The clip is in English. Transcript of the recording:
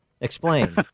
Explain